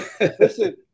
Listen